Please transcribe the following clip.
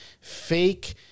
fake